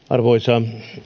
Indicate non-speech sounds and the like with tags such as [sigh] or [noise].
[unintelligible] arvoisa